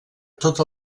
tots